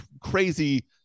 crazy